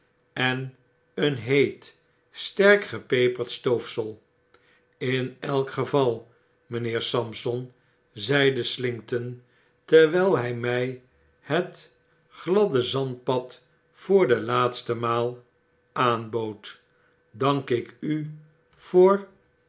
en een heet sterk gepeperd stoofsel in elk geval mynheer sampson zei slinkton terwyl hy my het gladde zandpad voor de laatste maal aanbood dank ik u voor